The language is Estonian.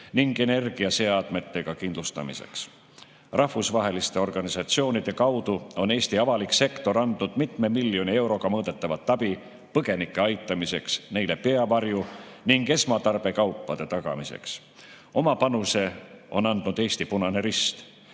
ning energiaseadmetega kindlustamiseks. Rahvusvaheliste organisatsioonide kaudu on Eesti avalik sektor andnud mitme miljoni euroga mõõdetavat abi põgenike aitamiseks, neile peavarju ning esmatarbekaupade tagamiseks. Oma panuse on andnud Eesti Punane Rist.